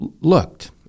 looked